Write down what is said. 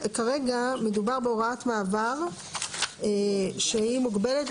כרגע מדובר בהוראת מעבר שהיא מוגבלת,